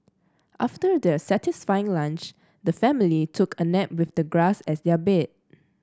after their satisfying lunch the family took a nap with the grass as their bed